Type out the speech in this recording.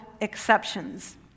exceptions